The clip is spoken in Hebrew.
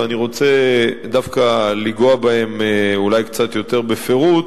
ואני רוצה דווקא לגעת בהן אולי קצת יותר בפירוט,